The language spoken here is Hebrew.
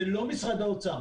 זה לא משרד האוצר.